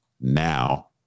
now